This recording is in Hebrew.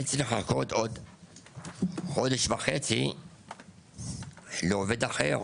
אני צריך לחכות עוד חודש וחצי לעובד אחר.